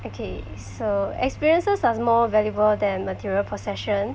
okay so experiences are more valuable than material possession